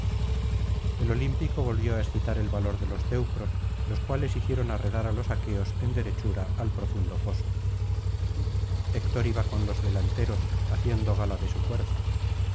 el olímpico volvió á excitar el valor de los teucros los cuales hicieron arredrar á los aqueos en derechura al profundo foso héctor iba con los delanteros haciendo gala de su fuerza